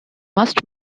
must